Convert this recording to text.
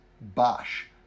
Bosh